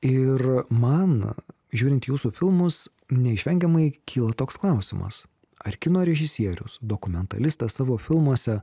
ir man žiūrint jūsų filmus neišvengiamai kyla toks klausimas ar kino režisierius dokumentalistas savo filmuose